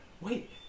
wait